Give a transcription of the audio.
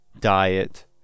diet